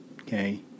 okay